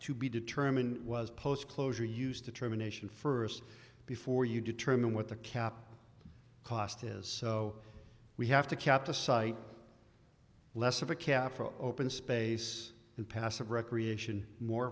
to be determined was post closure used to terminations first before you determine what the cap cost is so we have to cap the sight less of a cap for open space and passive recreation more